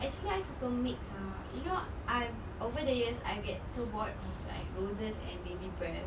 actually I suka mixed ah you know I'm over the years I get so bored of like roses and baby breath